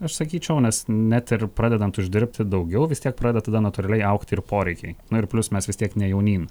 aš sakyčiau nes net ir pradedant uždirbti daugiau vis tiek pradeda tada natūraliai augti ir poreikiai na ir plius mes vis tiek ne jaunyn